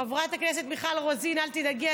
חברת הכנסת מיכל רוזין, אל תדאגי.